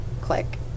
click